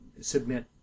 submit